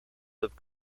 have